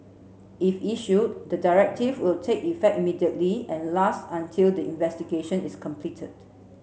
if issued the directive will take effect immediately and last until the investigation is completed